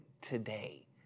today